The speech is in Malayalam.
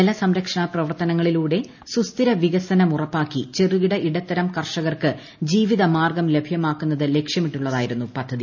ജലസംരക്ഷണ പ്രവർത്തനങ്ങളിലൂടെ സുസ്ഥിരവികസനം ഉറപ്പാക്കി ചെറുകിട ഇടത്തരം കർഷകർക്ക് ജീവിതമാർഗം ലഭ്യമാക്കുന്നത് ലക്ഷ്യമിട്ടുള്ളതായിരുന്നു പദ്ധതി